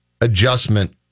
adjustment